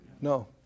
No